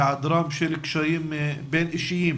היעדרם של קשרים בין אישיים